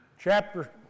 Chapter